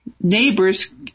neighbors